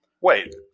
Wait